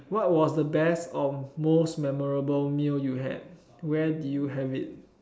what was the best of most memorable meal you had where did you have it